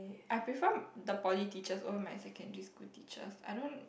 I prefer the poly teachers over my secondary school teachers I don't